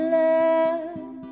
love